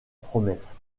promesse